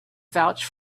vouch